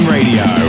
Radio